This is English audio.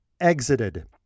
exited